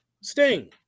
Sting